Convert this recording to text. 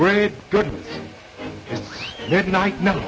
great good night no